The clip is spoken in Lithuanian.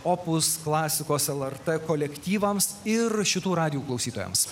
opus klasikos lrt kolektyvams ir šitų radijų klausytojams